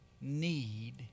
need